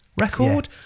record